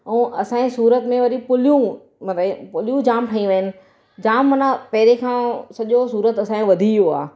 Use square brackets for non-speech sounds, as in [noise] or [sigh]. ऐं असांजे सूरत में वरी पुलियूं [unintelligible] पुलियूं जाम ठहियूं आहिनि जाम माना पहिरे खां सॼो सूरत असांजो वधी वियो आहे